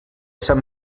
sant